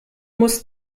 muss